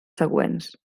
següents